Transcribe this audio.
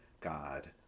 God